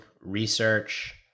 research